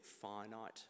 finite